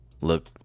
look